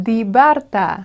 Dibarta